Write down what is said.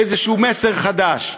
באיזשהו מסר חדש.